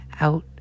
out